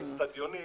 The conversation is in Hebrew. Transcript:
באצטדיונים,